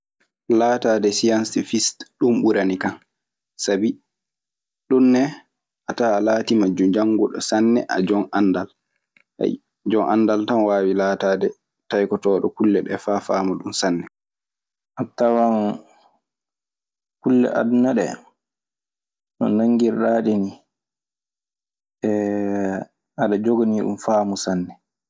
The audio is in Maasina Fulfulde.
Laataade sientifist ɗun ɓurani kan. Sabi ɗun ne a tawan a laatiima jannguɗo sanne a jon anndal. jon anndal tan waawi laataade taykotooɗo kulle ɗee faa faama ɗun sanne. A tawan kulle aduna ɗee, no nanngirɗaa ɗe nii, aɗe joganii ɗun faamu sanne.